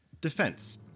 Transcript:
Defense